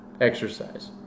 exercise